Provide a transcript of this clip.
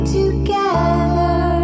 together